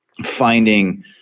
finding